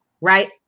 right